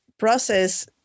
process